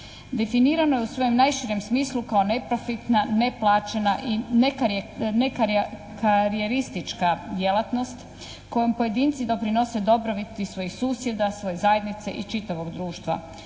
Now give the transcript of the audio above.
Definirano je u svojem najširem smislu kao neprofitna, neplaćena i nekarijeristička djelatnost kojom pojedinci doprinose dobrobiti svojih susjeda, svoje zajednice i čitavog društva